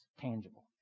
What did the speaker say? Tangible